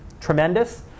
tremendous